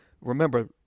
Remember